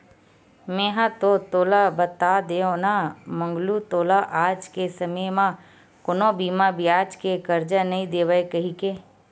मेंहा तो तोला बता देव ना मंगलू तोला आज के समे म कोनो बिना बियाज के करजा नइ देवय कहिके